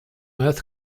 earth